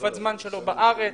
תקופת הזמן שלו בארץ,